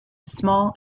small